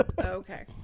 Okay